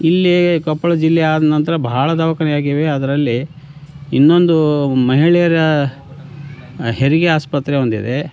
ಇಲ್ಲೇ ಕೊಪ್ಪಳ ಜಿಲ್ಲೆ ಆದ ನಂತರ ಭಾಳ ದವಾಖಾನೆ ಆಗಿವೆ ಅದರಲ್ಲಿ ಇನ್ನೊಂದು ಮಹಿಳೆಯರ ಹೆರಿಗೆ ಆಸ್ಪತ್ರೆ ಒಂದಿದೆ